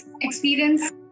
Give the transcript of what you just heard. experience